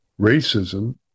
racism